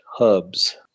herbs